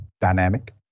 dynamic